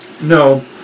No